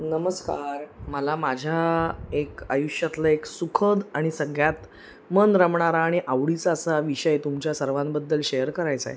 नमस्कार मला माझ्या एक आयुष्यातलं एक सुखद आणि सगळ्यात मन रमणारा आणि आवडीचा असा विषय तुमच्या सर्वांबद्दल शेअर करायचा आहे